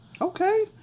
Okay